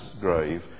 grave